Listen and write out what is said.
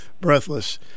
Breathless